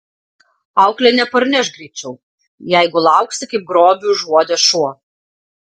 auklė neparneš greičiau jeigu lauksi kaip grobį užuodęs šuo